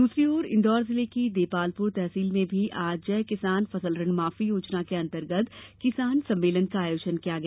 दूसरी ओर इंदौर जिले की देपालपुर तहसील में भी आज जय किसान फसल ऋण माफी योजना के अंतर्गत किसान सम्मेलन का आयोजन किया गया